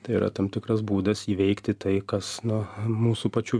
tai yra tam tikras būdas įveikti tai kas nu mūsų pačių